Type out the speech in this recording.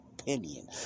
opinion